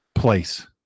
place